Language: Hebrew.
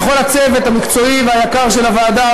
לכל הצוות המקצועי והיקר של הוועדה,